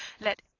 let